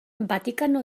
vatikano